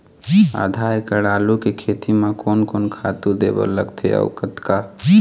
आधा एकड़ आलू के खेती म कोन कोन खातू दे बर लगथे अऊ कतका?